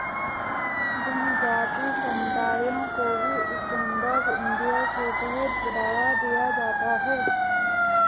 जनजाति समुदायों को भी स्टैण्ड अप इंडिया के तहत बढ़ावा दिया जाता है